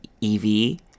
Evie